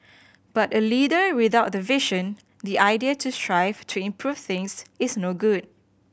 but a leader without the vision the idea to strive to improve things is no good